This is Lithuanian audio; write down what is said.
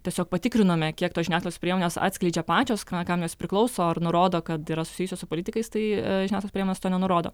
tiesiog patikrinome kiek tos žiniasklaidos priemonės atskleidžia pačios ką kam jos priklauso ar nurodo kad yra susijusios su politikais tai žiniasklaidos priemonės to nenurodo